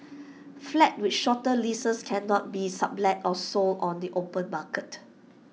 flats with shorter leases cannot be sublet or sold on the open market